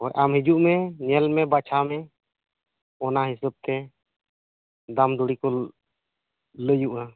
ᱟᱢ ᱦᱤᱡᱩᱜ ᱢᱮ ᱧᱮᱞ ᱢᱮ ᱵᱟᱪᱷᱟᱣ ᱢᱮ ᱚᱱᱟ ᱦᱤᱥᱟᱹᱵ ᱛᱮ ᱫᱟᱢ ᱫᱩᱲᱤ ᱠᱚ ᱞᱟᱹᱭᱟᱹᱜᱼᱟ